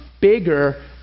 bigger